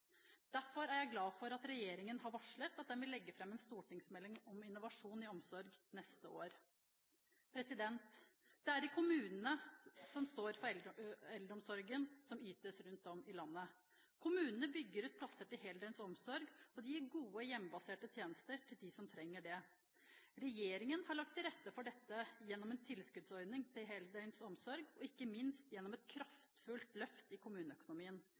Derfor er jeg glad for at regjeringen har varslet at den vil legge fram en stortingsmelding neste år om innovasjon i omsorg. Det er kommunene som står for eldreomsorgen som ytes rundt om i landet. Kommunene bygger ut plasser til heldøgns omsorg, og de gir gode hjemmebaserte tjenester til dem som trenger det. Regjeringen har lagt til rette for dette gjennom en tilskuddsordning til heldøgns omsorg, og ikke minst gjennom et kraftfullt løft i kommuneøkonomien.